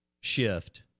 shift